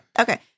Okay